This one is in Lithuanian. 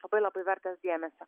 labai labai vertas dėmesio